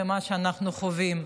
ממה שאנחנו חווים.